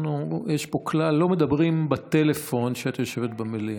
יש פה כלל: לא מדברים בטלפון כשאת יושבת במליאה.